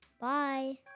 Bye